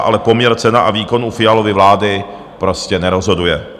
Ale poměr cena a výkon u Fialovy vlády prostě nerozhoduje.